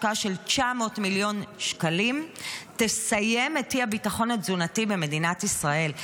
השקעה של 900 מיליון שקלים תסיים את אי-הביטחון התזונתי מדינת ישראל.